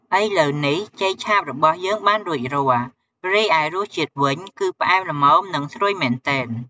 ឥឡូវនេះ ចេកឆាបរបស់យើងបានរួចរាល់ រីឯរសជាតិវិញ គឺផ្អែមល្មម និងស្រួយមែនទែន។